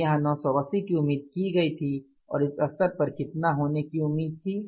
तो यहाँ 980 की उम्मीद की गई थी और इस स्तर पर कितना होने की उम्मीद थी